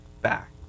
back